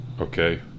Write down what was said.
Okay